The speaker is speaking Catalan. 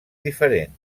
diferent